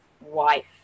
wife